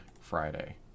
Friday